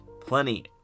plenty